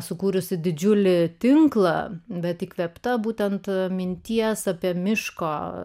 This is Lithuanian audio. sukūrusi didžiulį tinklą bet įkvėpta būtent minties apie miško